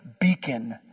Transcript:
beacon